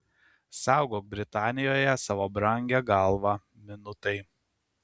saugok britanijoje savo brangią galvą minutai